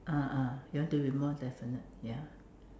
ah ah he want to be more definite ya